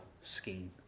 scheme